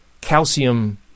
calcium